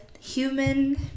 human